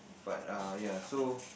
but err ya so